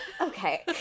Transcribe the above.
okay